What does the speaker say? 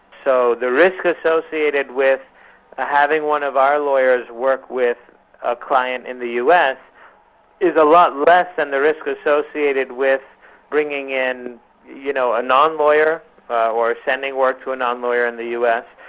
so the risk associated with having one of our lawyers work with a client in the us is a lot less than the risk associated with bringing in you know a non-lawyer, or sending work to a non-lawyer in the us,